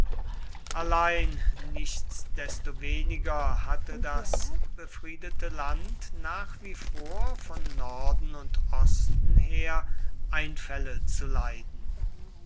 allein nichtsdestoweniger hatte das befriedete land nach wie vor von norden und osten her einfälle zu leiden